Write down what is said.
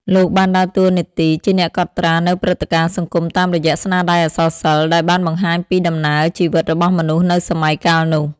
លោកបានដើរតួនាទីជាអ្នកកត់ត្រានូវព្រឹត្តិការណ៍សង្គមតាមរយៈស្នាដៃអក្សរសិល្ប៍ ដែលបានបង្ហាញពីដំណើរជីវិតរបស់មនុស្សនៅសម័យកាលនោះ។